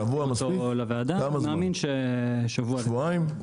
אני מאמין --- כמה זמן, שבועיים?